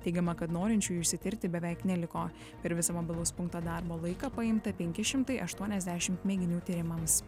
teigiama kad norinčiųjų išsitirti beveik neliko per visą mobilaus punkto darbo laiką paimta penki šimtai aštuoniasdešim mėginių tyrimams